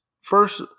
first